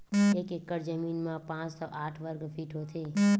एक एकड़ जमीन मा पांच सौ साठ वर्ग फीट होथे